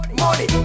money